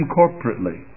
corporately